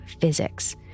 physics